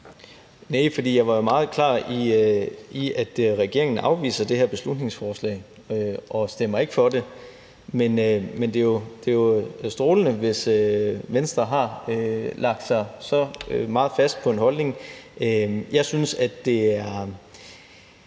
jeg var meget klar, i forhold til at regeringen afviser det her beslutningsforslag og ikke stemmer for det. Men det er jo strålende, hvis Venstre har lagt sig så meget fast på en holdning. Jeg synes, der er